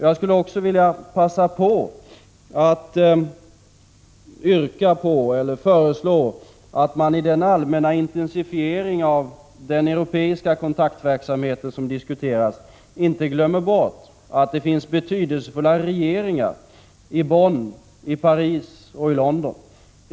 Jag skulle också vilja passa på att föreslå att man i den allmänna intensifiering av den europeiska kontaktverksamhet som diskuteras inte glömmer bort att det finns betydelsefulla regeringar i Bonn, i Paris och i London.